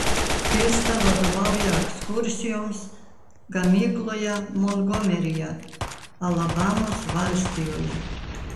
krista vadovauja ekskursijoms gamykloje montgomeryje alabamos valstijoje